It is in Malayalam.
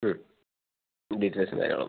മ് ഡീറ്റെയിൽസ് വേണം